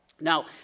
Now